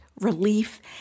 relief